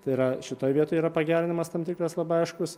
tai yra šitoj vietoj yra pagerinimas tam tikras labai aiškus